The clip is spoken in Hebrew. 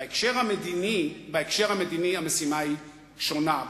בהקשר המדיני המשימה היא שונה.